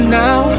now